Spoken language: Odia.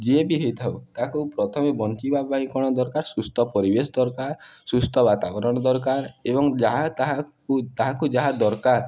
ଯିଏ ବି ହେଇଥାଉ ତାହାକୁ ପ୍ରଥମେ ବଞ୍ଚିବା ପାଇଁ କ'ଣ ଦରକାର ସୁସ୍ଥ ପରିବେଶ ଦରକାର ସୁସ୍ଥ ବାତାବରଣ ଦରକାର ଏବଂ ଯାହା ତାହାକୁ ତାହାକୁ ଯାହା ଦରକାର